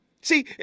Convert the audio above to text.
See